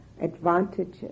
advantages